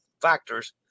factors